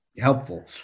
Helpful